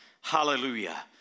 hallelujah